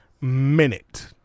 minute